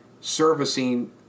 servicing